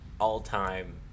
all-time